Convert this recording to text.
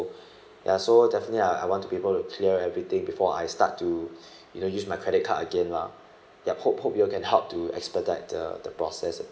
ya so definitely I I want to be able to clear everything before I start to you know use my credit card again lah yup hope hope you all can help to expedite the the process a bit